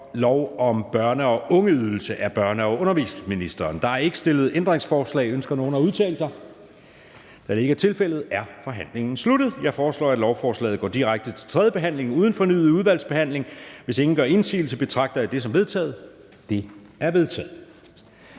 Forhandling Anden næstformand (Jeppe Søe): Der er ikke stillet ændringsforslag. Ønsker nogen at udtale sig? Da det ikke er tilfældet, er forhandlingen sluttet. Jeg foreslår, at lovforslaget går direkte til tredje behandling uden fornyet udvalgsbehandling. Hvis ingen gør indsigelse, betragter jeg det som vedtaget. Det er vedtaget.